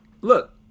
look